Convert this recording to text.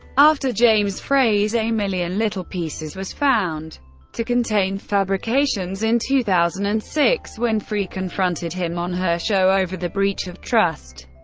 after james frey's a million little pieces was found to contain fabrications in two thousand and six, winfrey confronted him on her show over the breach of trust.